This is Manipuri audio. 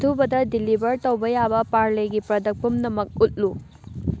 ꯑꯊꯨꯕꯗ ꯗꯤꯂꯤꯚꯔ ꯇꯧꯕ ꯌꯥꯕ ꯄꯥꯔꯂꯦꯒꯤ ꯄ꯭ꯔꯗꯛ ꯄꯨꯝꯅꯃꯛ ꯎꯠꯂꯨ